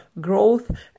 growth